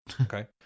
okay